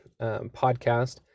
podcast